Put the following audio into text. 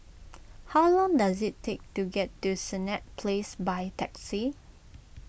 how long does it take to get to Senett Place by taxi